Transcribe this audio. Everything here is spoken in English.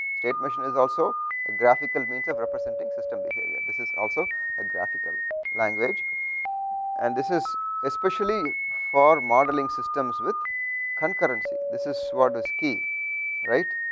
state machine is also a graphical means of representing system behavior, this is also a graphical language and this is especially for modeling systems with concurrency this is what so does key right,